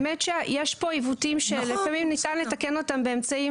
האמת שיש פה עיוותים שלפעמים ניתן לתקן אותם באמצעים